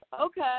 okay